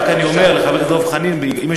רק אני אומר לחבר הכנסת דב חנין שאם יש